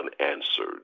unanswered